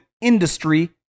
industry